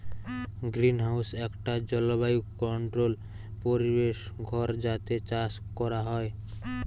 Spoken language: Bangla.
গ্রিনহাউস একটা জলবায়ু কন্ট্রোল্ড পরিবেশ ঘর যাতে চাষ কোরা হয়